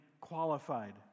qualified